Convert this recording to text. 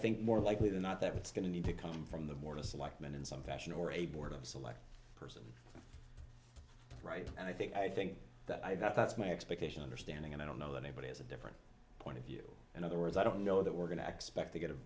think more likely than not that it's going to need to come from the board of selectmen in some fashion or a board of select right and i think i think that i that's my expectation understanding and i don't know that anybody has a different point of view in other words i don't know that we're going to expect to get